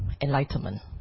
enlightenment